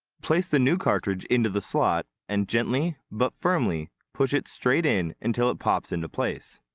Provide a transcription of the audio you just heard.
place the new cartridge into the slot and gently but firmly push it straight in until it pops into place.